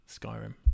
Skyrim